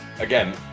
Again